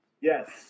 Yes